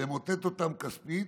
למוטט אותם כספית